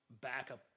backup